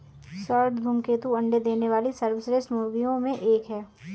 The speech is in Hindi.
स्वर्ण धूमकेतु अंडे देने वाली सर्वश्रेष्ठ मुर्गियों में एक है